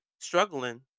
struggling